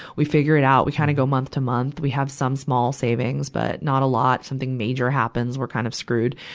we figure it out. we kind of go month-to-month. we have some small savings, but not a lot. something major happens, we're kind of screwed.